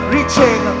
Reaching